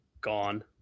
gone